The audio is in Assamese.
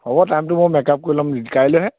হ'ব টাইমটো মই মেকাপ কৰি ল'ম কাইলৈহে